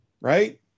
right